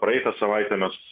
praėjusią savaitę mes